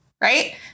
Right